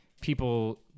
people